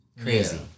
crazy